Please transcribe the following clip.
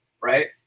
right